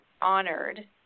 honored